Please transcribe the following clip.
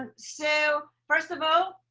and so first of all,